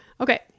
Okay